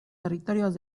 territorios